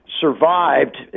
survived